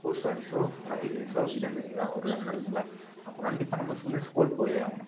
post office railways இதே மாரி எதாவது ஒரு வேலை கிடைக்கும்ல அப்போ கண்டிப்பாக நம்ம வந்து ஸ்கூல் போய் ஆகணும்